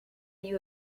you